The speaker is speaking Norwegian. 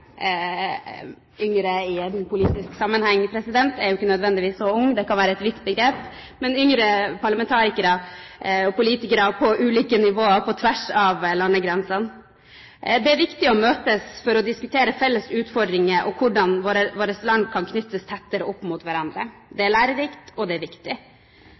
i en politisk sammenheng ikke nødvendigvis så ung, det kan være et vidt begrep – parlamentarikere og politikere på ulike nivåer på tvers av landegrensene. Det er viktig å møtes for å diskutere felles utfordringer og hvordan våre land kan knyttes tettere opp mot hverandre. Det er lærerikt, og det er viktig.